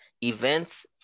events